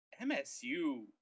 MSU